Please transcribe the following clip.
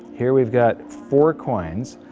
here we've got four coins,